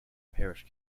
parish